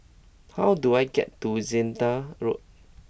how do I get to Zehnder Road